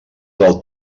del